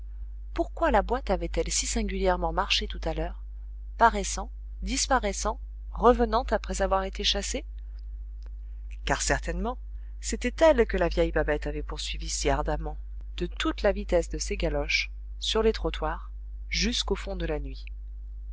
pourquoi la boîte avait-elle si singulièrement marché tout à l'heure paraissant disparaissant revenant après avoir été chassée car certainement c'était elle que la vieille babette avait poursuivie si ardemment de toute la vitesse de ses galoches sur les trottoirs jusqu'au fond de la nuit